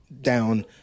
down